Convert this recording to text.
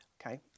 Okay